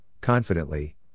confidently